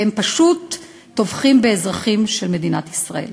והם פשוט טובחים באזרחים של מדינת ישראל.